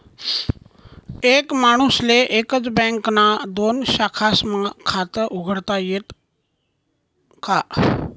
एक माणूसले एकच बँकना दोन शाखास्मा खातं उघाडता यस का?